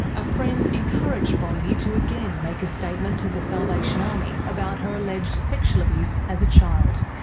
a friend encouraged bronte to again make a statement to the salvation army about her alleged sexual abuse as a child.